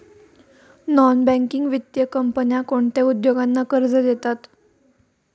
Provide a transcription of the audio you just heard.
Non banking वित्तीय कंपन्या कोणत्या उद्योगांना कर्ज देतात?